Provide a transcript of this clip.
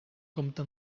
compta